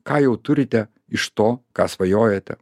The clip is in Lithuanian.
ką jau turite iš to ką svajojate